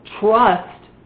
trust